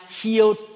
healed